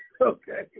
Okay